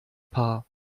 paar